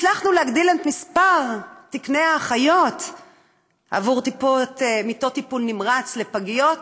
הצלחנו להגדיל את מספר תקני האחיות עבור מיטות טיפול נמרץ לפגיות,